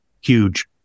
huge